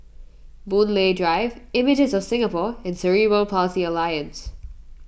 Boon Lay Drive Images of Singapore and Cerebral Palsy Alliance